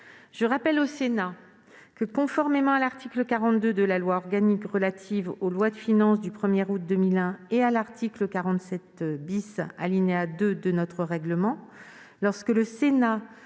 Je rappelle au Sénat que, conformément à l'article 42 de la loi organique relative aux lois de finances du 1 août 2001 et à l'article 47 , alinéa 2, de notre règlement, lorsque le Sénat